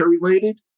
related